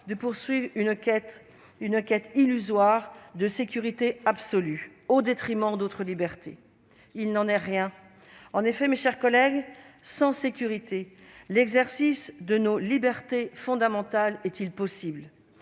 de poursuivre une quête illusoire de sécurité absolue, au détriment d'autres libertés. Il n'en est rien. En effet, mes chers collègues, sans sécurité, l'exercice de nos libertés fondamentales est-il possible ?